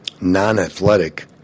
non-athletic